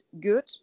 good